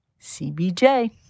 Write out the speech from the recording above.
CBJ